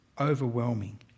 overwhelming